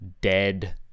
dead